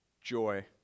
joy